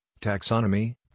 taxonomy